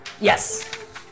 Yes